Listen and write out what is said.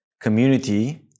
community